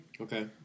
Okay